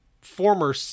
former